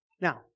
Now